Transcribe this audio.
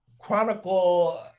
chronicle